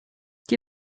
die